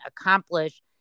accomplish